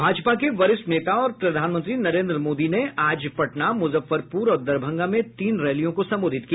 भाजपा के वरिष्ठ नेता और प्रधानमंत्री नरेन्द्र मोदी ने आज पटना मुजफ्फरपुर और दरभंगा में तीन रैलियों को संबोधित किया